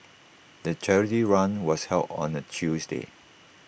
the charity run was held on A Tuesday